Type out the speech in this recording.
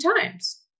times